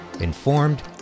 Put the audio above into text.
informed